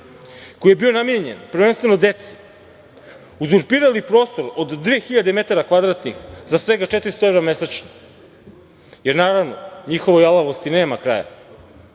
koji je bio namenjen prvenstveno deci. Uzurpirali su prostor od 2000 metara kvadratnih za svega 400 evra mesečno, jer, naravno, njihovoj alavosti nema kraja. Svoju